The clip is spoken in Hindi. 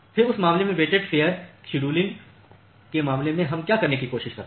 फिर उस मामले में वेटेड फेयर शेड्यूलिंगके मामले में हम क्या करने की कोशिश करते हैं